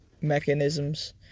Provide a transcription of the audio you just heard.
Mechanisms